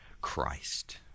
Christ